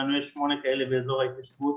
לנו יש שמונה כאלה באזור ההתיישבות.